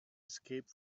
escape